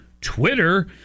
Twitter